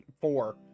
four